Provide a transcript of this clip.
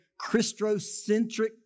Christocentric